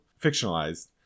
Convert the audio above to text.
fictionalized